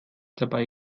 dabei